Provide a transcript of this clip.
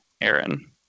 Aaron